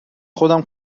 خودم